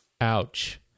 Ouch